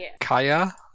Kaya